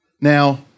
Now